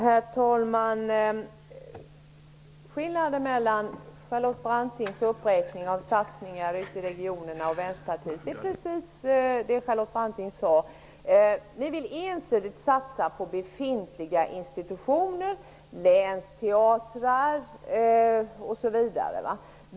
Herr talman! Skillnaden mellan de satsningar ute i regionerna som Charlotte Branting räknar upp och Vänsterpartiets är att ni ensidigt vill satsa på befintliga institutioner -- länsteatrar osv.